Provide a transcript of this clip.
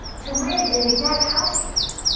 to live in the exact house you do,